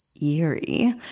Eerie